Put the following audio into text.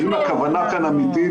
האם הכוונה כאן אמיתית?